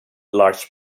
large